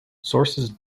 sources